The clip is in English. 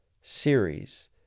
series